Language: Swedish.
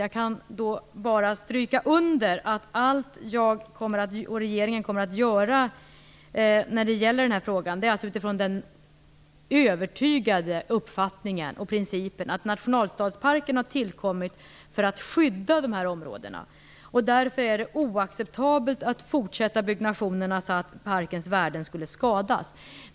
Jag kan då bara stryka under att allt jag och regeringen kommer att göra när det gäller den här frågan sker utifrån övertygelsen och principen att nationalstadsparken har tillkommit för att skydda de här områdena. Därför är det oacceptabelt att fortsätta byggnationerna så att parkens värden skulle skadas.